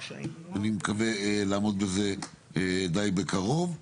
אני מקווה לעמוד בזה די בקרוב.